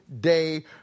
day